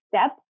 step